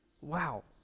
Wow